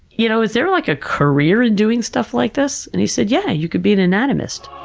you know, is there, like, a career doing stuff like this? and he said, yeah, you could be an anatomist.